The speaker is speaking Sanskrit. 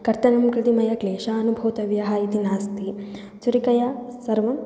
कर्तनं कृते मया क्लेशः अनुभूतव्यः इति नास्ति छुरिकया सर्वं